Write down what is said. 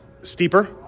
steeper